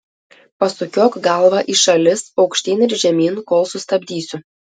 pasukiok galvą į šalis aukštyn ir žemyn kol sustabdysiu